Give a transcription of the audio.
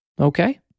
okay